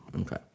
Okay